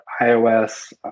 iOS